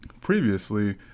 previously